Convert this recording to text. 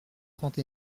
trente